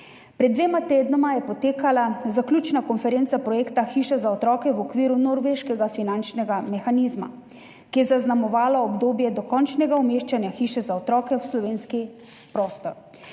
Pred dvema tednoma je potekala zaključna konferenca projekta Hiša za otroke v okviru norveškega finančnega mehanizma, ki je zaznamovala obdobje dokončnega umeščanja Hiše za otroke v slovenski prostor.